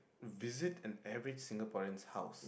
visit an average Singaporean's house